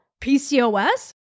pcos